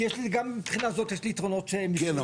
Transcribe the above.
כי מהבחינה הזאת יש ליתרונות --- כן,